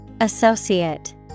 Associate